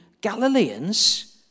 Galileans